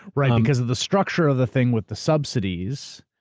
right because of the structure of the thing with the subsidies.